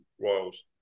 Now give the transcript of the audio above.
Royals